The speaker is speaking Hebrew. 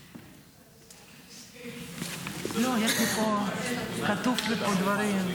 אצלי זה אמור להיות 40 דקות, נדמה לי.